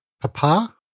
Papa